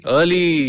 Early